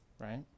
right